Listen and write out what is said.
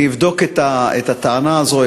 אני אבדוק את הטענה הזו,